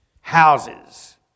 houses